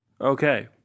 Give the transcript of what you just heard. Okay